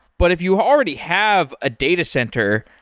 but if you already have a data center,